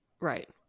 Right